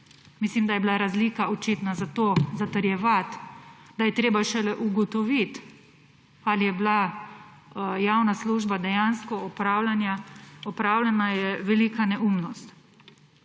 Mislim, da je bila razlika očitna. Zato zatrjevati, da je treba šele ugotoviti, ali je bila javna služba dejansko opravljena, je velika neumnost.